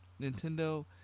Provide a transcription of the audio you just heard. Nintendo